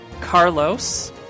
Carlos